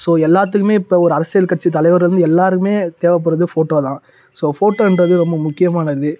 so எல்லாத்துக்குமே இப்போ ஒரு அரசியல் கட்சி தலைவரில் இருந்து எல்லாருமே தேவப்படுறது ஃபோட்டோ தான் ஸோ ஃபோட்டோன்றது ரொம்ப முக்கியமானது